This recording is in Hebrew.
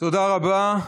תודה רבה.